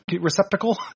receptacle